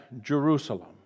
Jerusalem